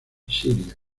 siria